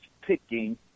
picking